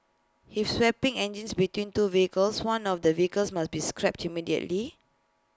if swapping engines between two vehicles one of the vehicles must be scrapped immediately